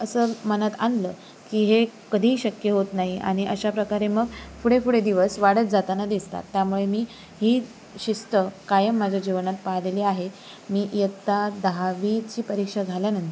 असं मनात आणलं की हे कधीही शक्य होत नाही आणि अशा प्रकारे मग पुढे पुढे दिवस वाढत जाताना दिसतात त्यामुळे मी ही शिस्त कायम माझ्या जीवनात पाळलेली आहे मी इयत्ता दहावीची परीक्षा झाल्यानंतर